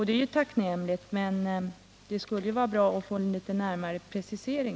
Det är ju tacknämligt, men det skulle ha varit bra att få en närmare precisering.